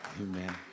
Amen